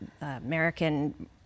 American